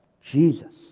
Jesus